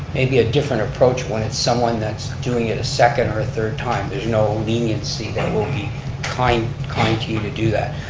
maybe a different approach when it's someone that's doing it a second or a third time, there's no leniency that will be kind for you to do that.